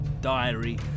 Diary